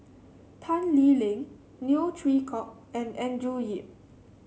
Tan Lee Leng Neo Chwee Kok and Andrew Yip